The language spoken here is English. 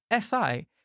SI